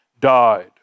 died